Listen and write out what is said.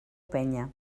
penya